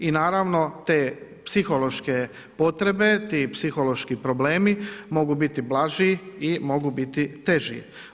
I naravno te psihološke potrebe, ti psihološki problemi, mnogu biti blaži i mogu biti teži.